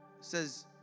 says